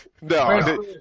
No